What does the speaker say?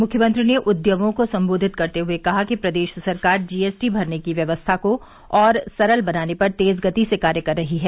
मुख्यमंत्री ने उद्यमियों को संबोधित करते हुए कहा कि प्रदेश सरकार जीएसटी भरने की व्यवस्था को और सरल बनाने पर तेज गति से कार्य कर रही है